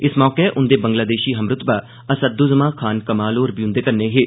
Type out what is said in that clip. स मौके उंदे बंगलादेषी हमरूतबा अस्सदु जमा खान कमाल होर बी उंदे कन्नै हे